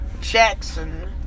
Jackson